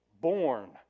born